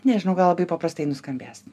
nežinau gal labai paprastai nuskambės